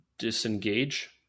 disengage